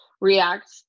react